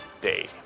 Day